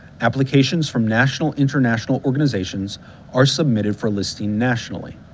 applications from national international organizations are submitted for listing nationally.